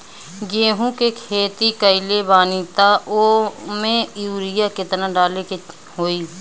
गेहूं के खेती कइले बानी त वो में युरिया केतना डाले के होई?